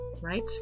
right